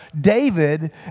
David